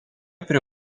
prie